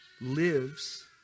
lives